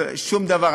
שום דבר.